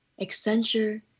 Accenture